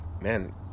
man